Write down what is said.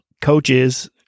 coaches